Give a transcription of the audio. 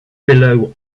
below